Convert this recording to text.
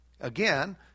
Again